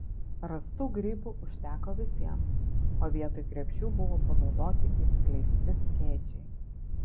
rastų grybų užteko visiems o vietoj krepšių buvo panaudoti išskleisti skėčiai